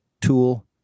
Tool